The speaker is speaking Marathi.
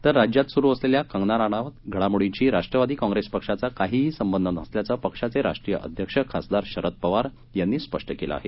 तर राज्यात सुरु असलेल्या कंगना राणावत घडामोडींशी राष्ट्रवादी काँप्रेस पक्षाचा काहीही संबंध नसल्याचं पक्षाचे राष्ट्रीय अध्यक्ष खासदार शरद पवार यांनी स्पष्ट केलं आहे